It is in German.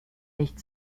nicht